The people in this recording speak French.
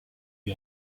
eut